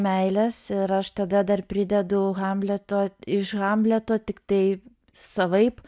meilės ir aš tada dar pridedu hamleto iš hamleto tiktai savaip